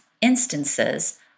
instances